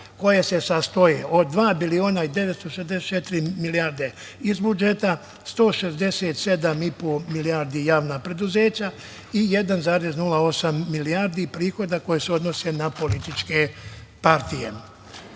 koje se sastoje od dva biliona i 964 milijarde iz budžeta, 167 i po milijardi javna preduzeća i 1,08 milijardi prihoda koji se odnose na političke partije. Što